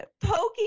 poking